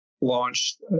launched